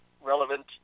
relevant